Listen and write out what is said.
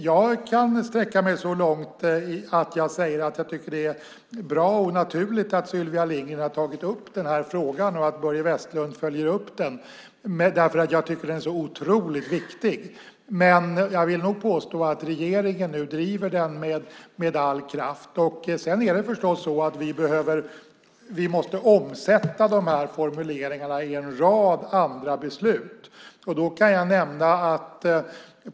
Jag kan sträcka mig så långt att jag säger att det är bra och naturligt att Sylvia Lindgren har tagit upp frågan och att Börje Vestlund följer upp den, eftersom den är så otroligt viktig. Men jag vill nog påstå att regeringen driver den med all kraft. Vi måste omsätta formuleringarna i en rad andra beslut.